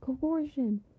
coercion